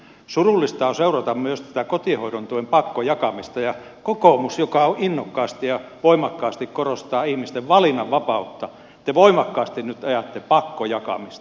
surullista on seurata myös tätä kotihoidon tuen pakkojakamista ja kokoomuksessa joka innokkaasti ja voimakkaasti korostaa ihmisten valinnanvapautta te voimakkaasti nyt ajatte pakkojakamista